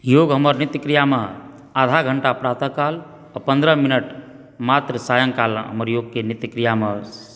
योग हमर नित्य क्रियामे आधा घण्टा प्रातः काल आ पन्द्रह मिनट मात्र सायं काल हमर योगके नित्य क्रियामे